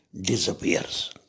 disappears